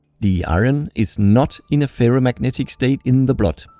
the iron is not in a ferro magnetic state in the blood.